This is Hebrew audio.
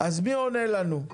מי עונה לנו?